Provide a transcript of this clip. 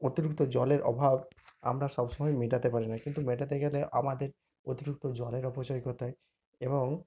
অতিরিক্ত জলের অভাব আমরা সব সময় মেটাতে পারি না কিন্তু মেটাতে গেলে আমাদের অতিরিক্ত জলের অপচয় করতে হয় এবং